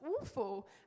awful